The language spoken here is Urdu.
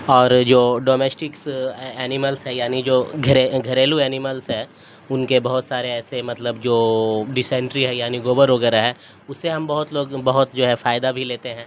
اور جو ڈومیسٹکس اینملس ہے یعنی جو گھر گھریلو اینملس ہے ان کے بہت سارے ایسے مطلب جو ڈیسینٹری ہے یعنی گوبر وغیرہ ہے اس سے ہم بہت لوگ بہت جو ہے فائدہ بھی لیتے ہیں